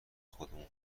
خودمون